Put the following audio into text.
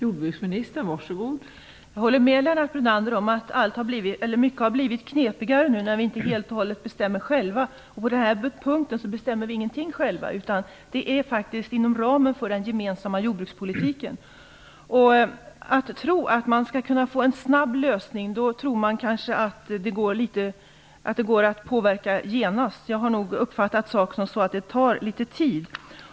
Fru talman! Jag håller med Lennart Brunander om att mycket har blivit knepigare nu, när vi inte bestämmer själva helt och hållet. På den här punkten bestämmer vi ingenting själva, utan allt sker inom ramen för den gemensamma jordbrukspolitiken. Man kanske tror att det går att påverka genast och snabbt få en lösning, men jag har uppfattat det så att det tar litet tid.